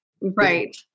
Right